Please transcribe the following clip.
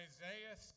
Isaiah